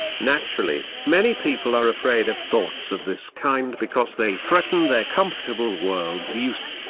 naturally, many people are afraid of thoughts of this kind because they threaten their comfortable worldviews.